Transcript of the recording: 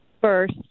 first